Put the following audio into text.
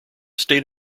state